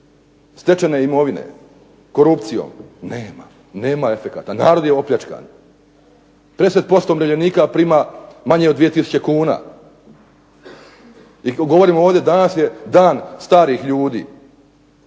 stečene imovine, korupcijom. Nema, nema efekata narod je opljačkan. 50% umirovljenika prima manje od 2 tisuće kuna. I govorimo ovdje danas je Dan starih ljudi.